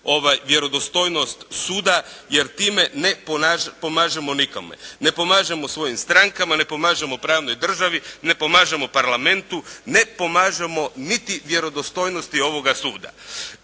vjerodostojnost suda jer time ne pomažemo nikome. Ne pomažemo strankama, ne pomažemo pravnoj državi ne pomažemo parlamentu, ne pomažemo niti vjerodostojnosti ovoga suda.